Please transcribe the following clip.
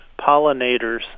pollinators